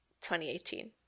2018